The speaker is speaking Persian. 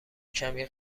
کمی